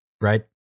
Right